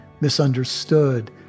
misunderstood